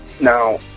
Now